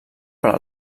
per